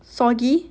soggy